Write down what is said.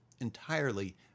entirely